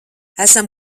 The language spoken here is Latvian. esam